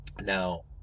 Now